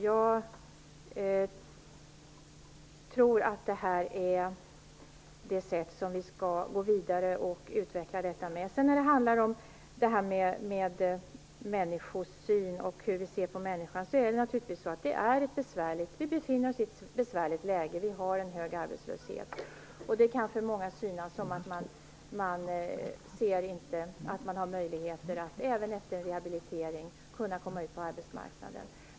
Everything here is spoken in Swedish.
Jag tror att detta är den väg som vi skall följa i det fortsatta utvecklandet. När det gäller hur vi ser på människan befinner vi oss naturligtvis i ett besvärligt läge, med en hög arbetslöshet. Det kan för många synas som att de inte heller efter en rehabilitering har möjligheter att komma ut på arbetsmarknaden.